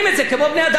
ב-1 בספטמבר.